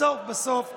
בסוף בסוף,